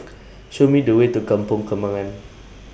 Show Me The Way to Kampong Kembangan